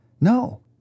No